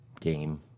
game